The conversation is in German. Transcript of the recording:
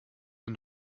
den